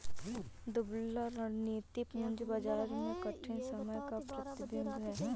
दुबला रणनीति पूंजी बाजार में कठिन समय का प्रतिबिंब है